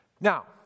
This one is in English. Now